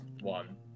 one